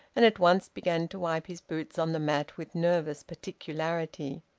and at once began to wipe his boots on the mat with nervous particularity.